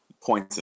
points